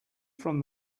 from